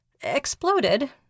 exploded